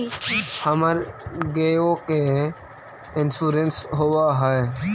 हमर गेयो के इंश्योरेंस होव है?